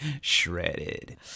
shredded